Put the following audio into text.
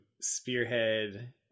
spearhead